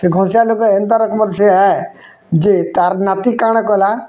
ସେ ଘଷିଆ ଲୋକ ଏନ୍ତା ରକମର୍ ସେ ହେଁ ଯେ ତାର୍ ନାତି କାଣା କଲା